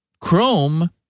Chrome